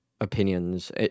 opinions